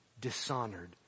Dishonored